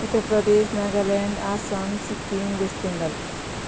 Uttar Pradesh Nagaland Assam Sikkim west Bengal